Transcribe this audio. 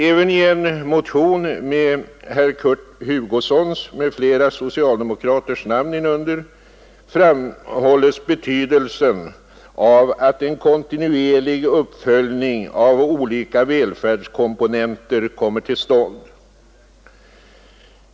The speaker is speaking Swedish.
Även i en motion med herr Hugossons och andra socialdemokraters namn under framhålles betydelsen av att en kontinuerlig uppföljning av olika välfärdskomponenter kommer till stånd.